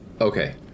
Okay